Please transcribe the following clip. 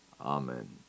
Amen